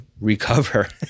recover